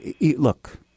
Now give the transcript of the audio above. Look